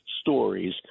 stories